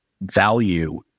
value